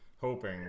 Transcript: Hoping